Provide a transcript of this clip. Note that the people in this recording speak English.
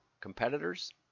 competitors